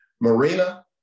Marina